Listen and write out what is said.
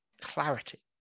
clarity